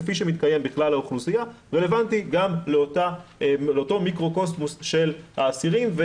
כפי שמתקיים בכלל האוכלוסייה רלוונטי גם לאותו מיקרוקוסמוס של האסירים.